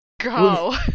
go